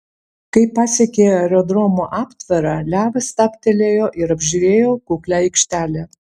kai pasiekė aerodromo aptvarą levas stabtelėjo ir apžiūrėjo kuklią aikštelę